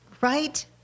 Right